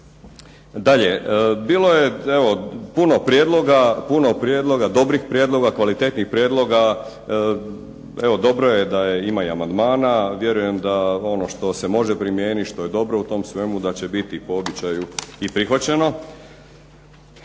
Dalje, bilo je evo puno prijedloga, dobrih prijedloga, kvalitetnih prijedloga. Evo, dobro je da ima i amandmana. Vjerujem da ono što se može primijeniti, što je dobro u tom svemu da će biti po običaju i prihvaćeno.